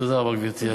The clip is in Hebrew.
תודה רבה, גברתי.